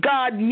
God